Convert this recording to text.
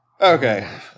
okay